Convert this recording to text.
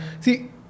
see